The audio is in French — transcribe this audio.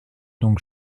donc